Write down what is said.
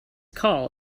call